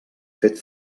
fet